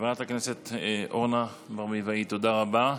חברת הכנסת אורנה ברביבאי, תודה רבה.